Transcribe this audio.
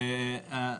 כן, בבקשה.